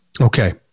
Okay